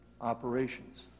operations